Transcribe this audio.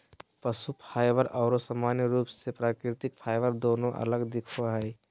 पशु फाइबर आरो सामान्य रूप से प्राकृतिक फाइबर दोनों अलग दिखो हइ